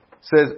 says